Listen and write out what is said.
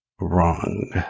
wrong